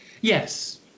yes